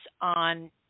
on